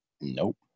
Nope